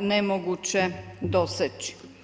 nemoguće doseći.